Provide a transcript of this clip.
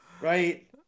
right